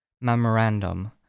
Memorandum